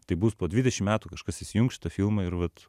tai bus po dvidešim metų kažkas įsijungs šitą filmą ir vat